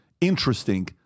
interesting